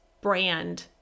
brand